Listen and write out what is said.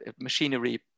machinery